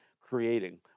creating